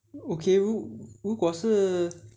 okay 如果是